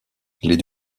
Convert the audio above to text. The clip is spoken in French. les